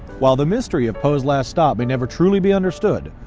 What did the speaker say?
while the mystery of poe's last stop may never truly be understood,